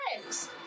friends